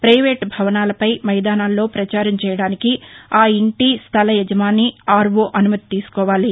private భవనాలపై మైదానాల్లో పచారం చేయటానికి ఆ ఇంటి స్లల యజమాని ఆర్వో అనుమతి తీసుకోవాలి